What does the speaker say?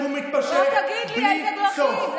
שהולכת ומתפשטת, רק תגיד לי איזה דרכים.